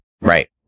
Right